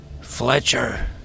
Fletcher